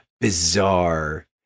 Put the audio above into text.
bizarre